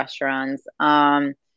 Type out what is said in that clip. restaurants